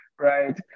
right